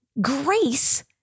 grace